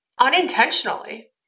unintentionally